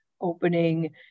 opening